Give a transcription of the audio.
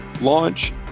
launch